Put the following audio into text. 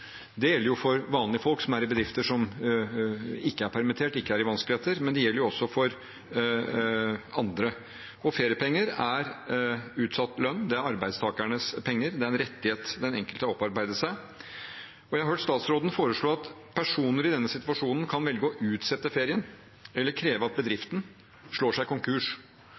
Det gjelder for vanlige folk som er i bedrifter og som ikke er permittert, ikke er i vanskeligheter, men det gjelder også for andre. Feriepenger er utsatt lønn, det er arbeidstakernes penger, det er en rettighet den enkelte har opparbeidet seg. Jeg har hørt statsråden foreslå at personer i denne situasjonen kan velge å utsette ferien eller kreve at bedriften slår seg konkurs,